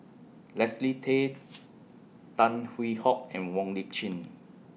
Leslie Tay Tan Hwee Hock and Wong Lip Chin